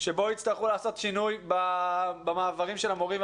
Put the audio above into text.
שבו יצטרכו לעשות שינוי במעברים של המורים,